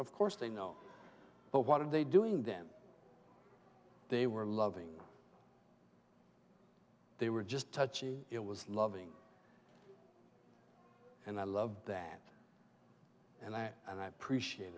of course they know but what are they doing then they were loving they were just touchy it was loving and i love that and i and i appreciate